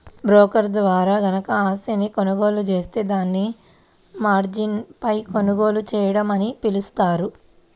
broker ద్వారా గనక ఆస్తిని కొనుగోలు జేత్తే దాన్ని మార్జిన్పై కొనుగోలు చేయడం అని పిలుస్తారు